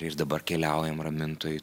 ir dabar keliaujam ramintojoj